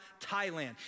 Thailand